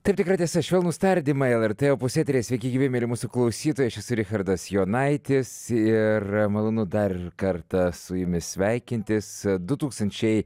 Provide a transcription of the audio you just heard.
taip tikra tiesa švelnūs tardymai lrt opus eteryje sveiki gyvi mieli mūsų klausytojai aš esu richardas jonaitis ir malonu dar kartą su jumis sveikintis du tūkstančiai